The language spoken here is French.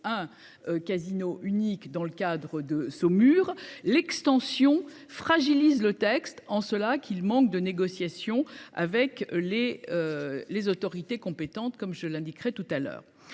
un casino, unique dans le cadre de Saumur l'extension fragilise le texte en cela qu'il manque de négociations avec les. Les autorités compétentes comme je l'indiquerai tout à l'heure,